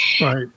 Right